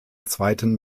zweiten